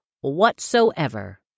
whatsoever